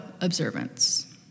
observance